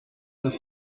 neuf